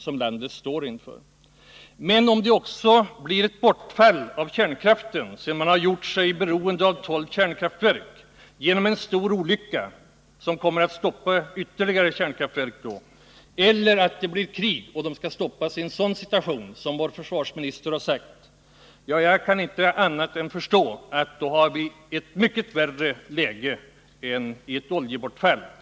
Men blir det, efter det att man har gjort sig beroende av tolv kärnkraftverk, också ett bortfall av kärnkraften till följd av en stor olycka som stoppar ytterligare kärnkraftverk eller till följd av krig, en situation då enligt vår försvarsminister kärnkraften skall stoppas, kan jag inte förstå annat än att vi får ett mycket värre läge än vid ett visst bortfall av olja.